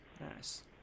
nice